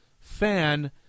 fan